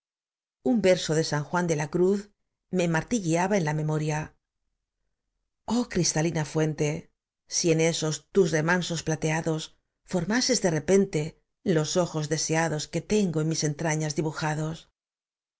s o de s a n uan de la cruz m e martilleaba en la m e moria oh cristalina fuente si en esos tus remansos plateados formases de repente los ojos deseados que tengo en mis entrañas dibujados